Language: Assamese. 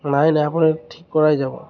নাই নাই আপুনি ঠিক কৰাই যাওঁক